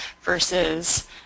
versus